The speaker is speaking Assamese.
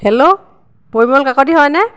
হেল্ল' পৰিমল কাকতি হয়নে